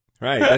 right